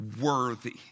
worthy